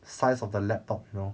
size of the laptop you know